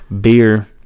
beer